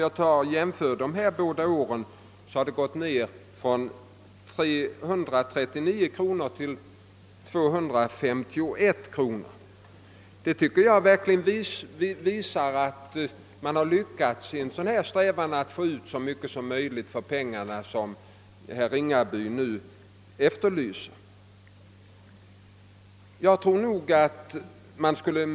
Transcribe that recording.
Kostnaderna gick ner från 339 till 251 kronor per dagsverke. Detta tycker jag visar att man har lyckats i sin strävan att få ut så mycket som möjligt för pengarna, och det var ju denna strävan herr Ringaby efterlyste.